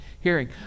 hearing